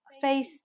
face